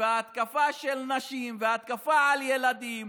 והתקפה של נשים והתקפה על ילדים,